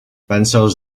pencils